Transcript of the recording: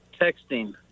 texting